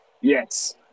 Yes